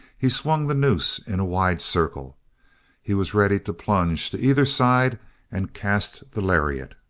he swung the noose in a wide circle he was ready to plunge to either side and cast the lariat.